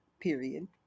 period